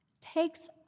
takes